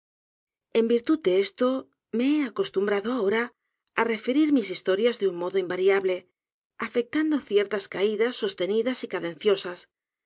en virtud de esto me he acostumbrado ahora á referir mis historias de un modo invariable afectando ciertas caidas sostenidas y